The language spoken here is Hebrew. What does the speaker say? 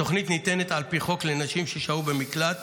התוכנית ניתנת על פי חוק לנשים ששהו במקלט